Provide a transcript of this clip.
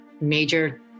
major